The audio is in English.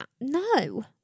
no